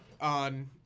on